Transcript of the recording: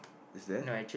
is there